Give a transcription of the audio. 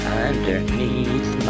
Underneath